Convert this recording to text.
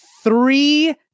three